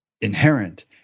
inherent